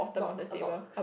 box a box